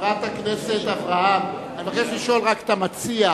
חברת הכנסת אברהם, אני מבקש לשאול את המציע: